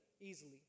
easily